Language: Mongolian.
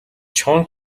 чоно